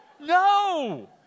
no